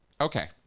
Okay